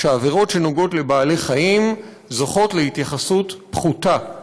שעבירות שנוגעות לבעלי-חיים זוכות להתייחסות פחותה,